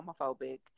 homophobic